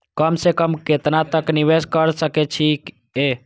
कम से कम केतना तक निवेश कर सके छी ए?